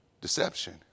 Deception